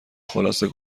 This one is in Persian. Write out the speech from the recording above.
خلاصه